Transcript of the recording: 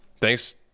Thanks